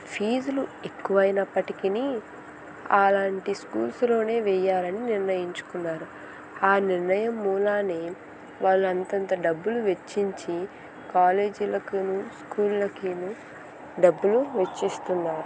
ఫీజులు ఎక్కువైనప్పటికీని అలాంటి స్కూల్స్లోనే వేయాలని నిర్ణయించుకున్నారు ఆ నిర్ణయం మూలానే వాళ్ళు అంతంత డబ్బులు వెచ్చించి కాలేజీలకును స్కూల్లకిను డబ్బులు వెచ్చిస్తున్నారు